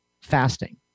fasting